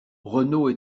renaud